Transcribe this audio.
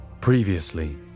Previously